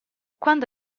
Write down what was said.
quando